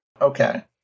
Okay